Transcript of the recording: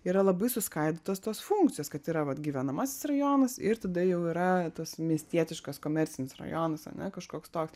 yra labai suskaidytos tos funkcijos kad yra vat gyvenamasis rajonas ir tada jau yra tas miestietiškas komercinis rajonas ane kažkoks toks